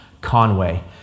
Conway